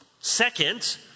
Second